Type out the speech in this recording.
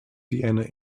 vienna